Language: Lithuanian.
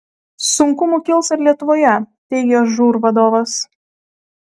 sunkumų kils ir lietuvoje teigia žūr vadovas